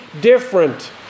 different